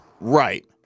Right